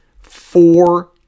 four